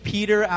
Peter